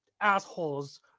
assholes